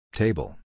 table